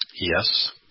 Yes